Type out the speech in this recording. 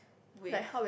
with